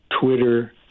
Twitter